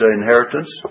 inheritance